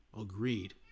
agreed